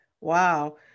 Wow